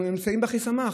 אנחנו נמצאים באחיסמך,